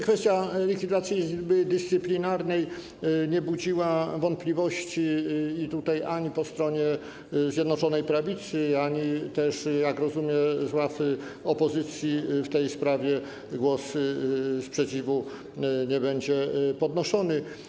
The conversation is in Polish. Kwestia likwidacji Izby Dyscyplinarnej oczywiście nie budziła wątpliwości ani po stronie Zjednoczonej Prawicy, ani też, jak rozumiem, z ław opozycji w tej sprawie głos sprzeciwu nie będzie podnoszony.